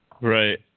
Right